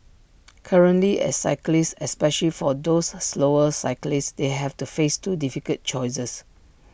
currently as cyclists especially for those slower cyclists they have to face two difficult choices